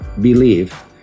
believe